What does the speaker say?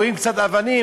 רואים קצת אבנים,